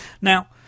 Now